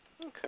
Okay